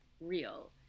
real